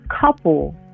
couple